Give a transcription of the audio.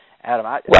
Adam